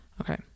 Okay